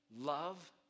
love